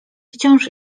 wciąż